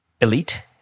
elite